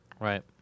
Right